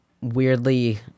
weirdly –